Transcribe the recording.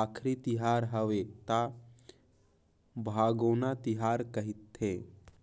आखरी तिहर हवे त भागोना तिहार कहथें